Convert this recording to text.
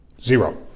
Zero